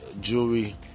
jewelry